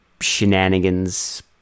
shenanigans